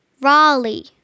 Raleigh